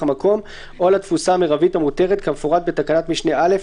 המקום או על התפוסה המרבית המותרת כמפורט בתקנת משנה (א),